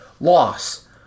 loss